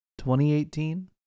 2018